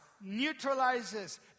neutralizes